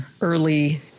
early